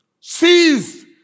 Seize